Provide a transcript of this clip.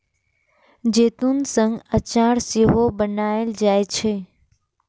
जैतून सं अचार सेहो बनाएल जाइ छै